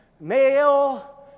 male